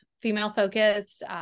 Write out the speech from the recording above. female-focused